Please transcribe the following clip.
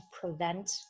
prevent